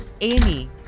Amy